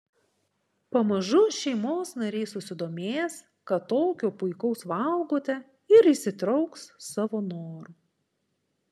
pamažu šeimos nariai susidomės ką tokio puikaus valgote ir įsitrauks savo noru